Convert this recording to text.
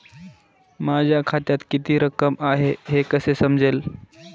माझ्या खात्यात किती रक्कम आहे हे कसे समजेल?